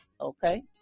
okay